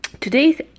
today's